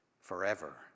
forever